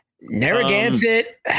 narragansett